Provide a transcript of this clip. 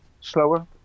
slower